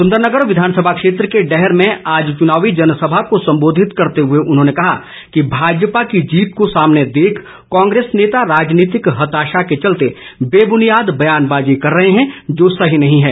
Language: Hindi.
सुन्दरनगर विधानसभा क्षेत्र के डैहर में आज चुनावी जनसभा को संबोधित करते हुए उन्होंने कहा कि भाजपा की जीत को सामने देख कांग्रेस नेता राजनीतिक हताशा के चलते बेबुनियाद बयानबाजी कर रहे हैं जो सही नहीं है